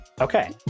Okay